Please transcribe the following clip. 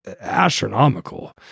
astronomical